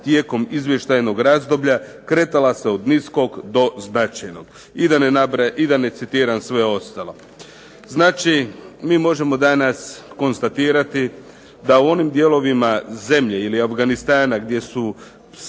tijekom izvještajnog razdoblje kretala se od niskog do značajnog, i da ne citiram sve ostalo. Znači, mi možemo danas konstatirati da u onim dijelovima zemlje ili Afganistana gdje su